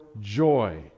joy